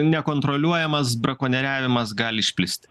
nekontroliuojamas brakonieriavimas gali išplisti